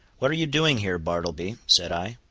what are you doing here, bartleby? said i.